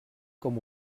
com